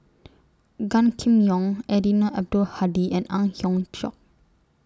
Gan Kim Yong Eddino Abdul Hadi and Ang Hiong Chiok